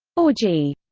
or g.